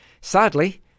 Sadly